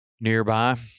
nearby